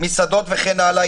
מסעדות וכן הלאה,